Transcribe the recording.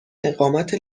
اقامت